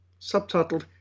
subtitled